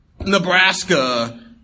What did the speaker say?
Nebraska